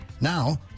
now